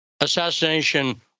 assassination